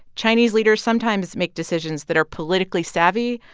chinese leaders sometimes make decisions that are politically savvy,